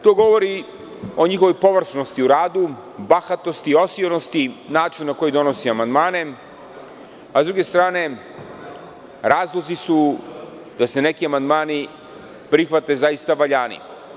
To govori o njihovoj površnosti u radu, bahatosti i osionosti, načinu na koji donosi amandmane, a sa druge strane, razlozi su da se neki amandmani prihvate zaista valjani.